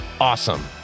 awesome